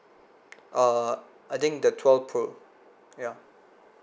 uh I think the twelve pro ya